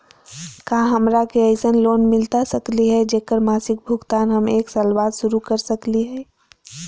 का हमरा के ऐसन लोन मिलता सकली है, जेकर मासिक भुगतान हम एक साल बाद शुरू कर सकली हई?